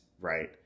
right